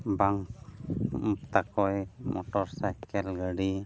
ᱵᱟᱝ ᱛᱟᱠᱳᱭ motor cycle ᱜᱟᱹᱰᱤ